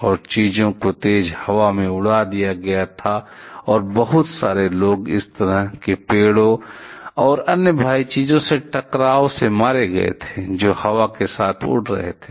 और चीजों को तेज हवा से उड़ा दिया गया था और बहुत सारे लोग इस तरह के पेड़ों और अन्य भारी चीजों में टकराव से मारे गए थे जो हवा के साथ उड़ रहे थे